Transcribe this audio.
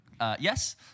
Yes